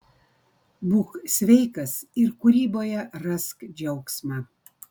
būk sveikas ir kūryboje rask džiaugsmą